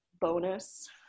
bonus